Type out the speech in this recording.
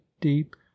deep